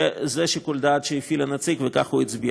וזה שיקול הדעת שהפעיל הנציג, וכך הוא הצביע.